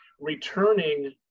returning